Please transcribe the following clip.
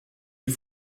die